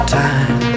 time